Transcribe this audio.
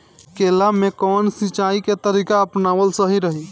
केला में कवन सिचीया के तरिका अपनावल सही रही?